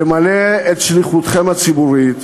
למלא את שליחותכם הציבורית,